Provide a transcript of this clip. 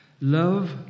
Love